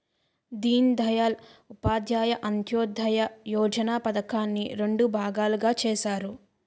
దీన్ దయాల్ ఉపాధ్యాయ అంత్యోదయ యోజన పధకాన్ని రెండు భాగాలుగా చేసారు